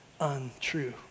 untrue